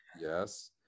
Yes